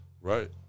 Right